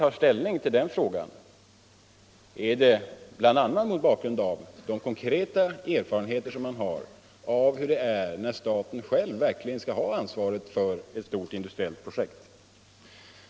Vårt ställningstagande i den frågan grundas bl.a. på de konkreta erfarenheter som finns från de fall där staten själv verkligen skall ha ansvaret för ett stort industriellt projekt.